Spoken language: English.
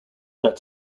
that